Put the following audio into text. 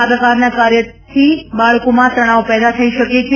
આ પ્રકારના કાર્યથી બાળકોમાં તજ્ઞાવ પેદા થઇ શકે છે